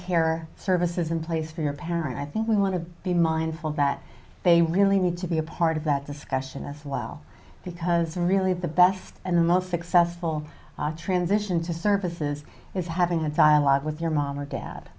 care services in place for your parent i think we want to be mindful that they really need to be a part of that discussion as well because really the best and most successful transition to services is having a dialogue with your mom or dad